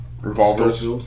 revolvers